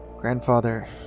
grandfather